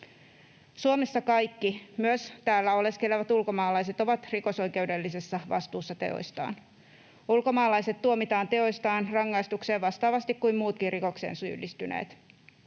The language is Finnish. Suomessa kaikki, myös täällä oleskelevat ulkomaalaiset, ovat rikosoikeudellisessa vastuussa teoistaan. Ulkomaalaiset tuomitaan teoistaan rangaistukseen vastaavasti kuin muutkin rikokseen syyllistyneet.